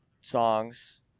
songs